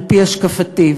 על-פי השקפתי.